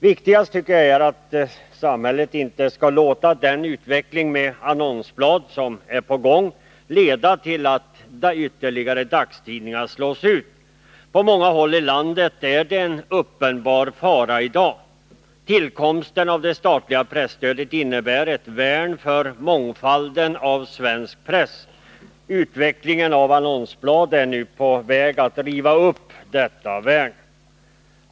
Viktigast tycker jag är att samhället inte skall låta den utveckling i fråga om annonsblad som pågår leda till att ytterligare dagstidningar slås ut. På många håll i landet är det en uppenbar fara för det i dag. Tillkomsten av det statliga presstödet innebar ett värn för mångfalden i svensk press. Utvecklingen när det gäller annonsbladen är nu på väg att riva upp detta värn.